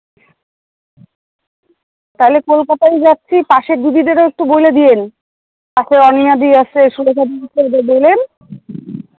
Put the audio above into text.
তাহলে কলকাতায় যাচ্ছি পাশের দিদিদেরও একটু বলে দিয়েন পাশে অনিমাদি আসে সুলেখাদিকেও বলবেন